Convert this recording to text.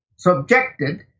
Subjected